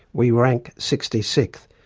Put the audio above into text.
we rank sixty sixth.